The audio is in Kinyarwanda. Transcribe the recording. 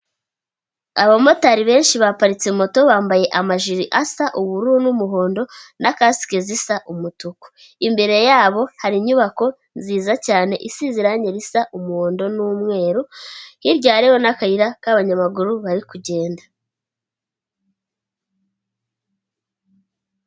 Abamotari benshi baparitse moto bambaye amajiri asa ubururu n'umuhondo na kasike zisa umutuku, imbere yabo hari inyubako nziza cyane isize irangi risa umuhondo n'umweru, hirya rewe hariho n'akayira k'abanyamaguru bari kugenda.